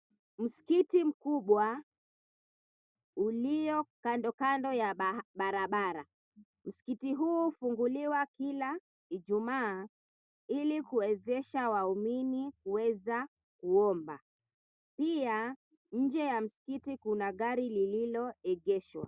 Msikiti mkubwa ulio kando kando ya barabara. Msikiti huu hufunguliwa kila Ijumaa ili kuwezesha waumini kuweza kuomba. Pia nje ya msikiti kuna gari lililoegeshwa.